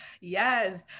yes